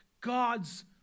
god's